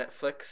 netflix